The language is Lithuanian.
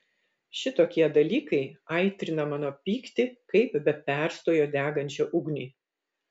šitokie dalykai aitrina mano pyktį kaip be perstojo degančią ugnį